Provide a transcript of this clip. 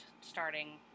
starting